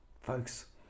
folks